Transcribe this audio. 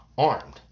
armed